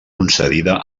concedida